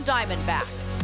Diamondbacks